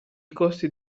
costi